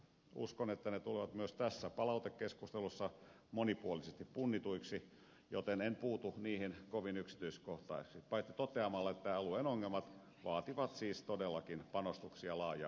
uskon että ne tulevat myös tässä palautekeskustelussa monipuolisesti punnituiksi joten en puutu niihin kovin yksityiskohtaisesti paitsi toteamalla että alueen ongelmat vaativat siis todellakin panostuksia laaja alaisesti